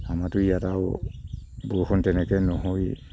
আমাৰটো ইয়াত আৰু বৰষুণ তেনেকৈ নহয়েই